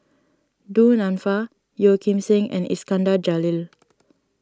Du Nanfa Yeo Kim Seng and Iskandar Jalil